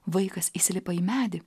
vaikas įsilipa į medį